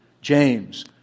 James